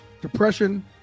Depression